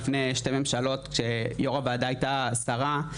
לפני שתי ממשלות כשיו"ר הוועדה הייתה שרה,